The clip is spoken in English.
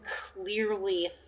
clearly